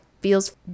feels